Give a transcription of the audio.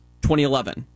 2011